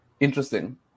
Interesting